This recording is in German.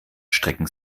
strecken